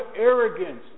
arrogance